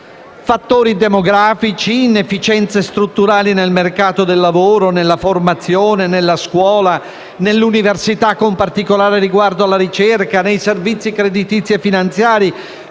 Fattori demografici, inefficienze strutturali nel mercato del lavoro, nella formazione, nella scuola, nell'università con particolare riguardo alla ricerca, nei servizi creditizi e finanziari,